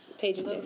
pages